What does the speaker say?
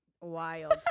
Wild